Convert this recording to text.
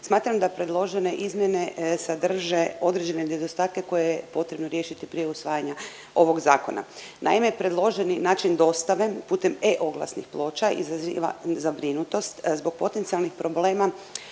smatram da predložene izmjene sadrže određene nedostatke koje je potrebno riješiti prije usvajanja ovog zakona. Naime, predloženi način dostave putem e-Oglasnih ploča izaziva zabrinutost zbog potencijalnih problema